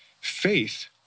Faith